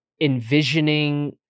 envisioning